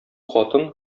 хатын